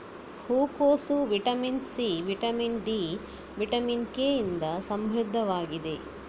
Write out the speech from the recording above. ಹೂಕೋಸು vitamin C, vitamin D, vitamin K ಇಂದ ಸಮೃದ್ಧವಾಗಿದೆ